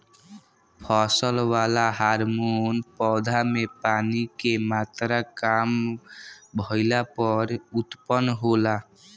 फसल वाला हॉर्मोन पौधा में पानी के मात्रा काम भईला पर उत्पन्न होला